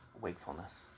wakefulness